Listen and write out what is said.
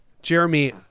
Jeremy